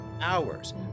hours